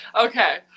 Okay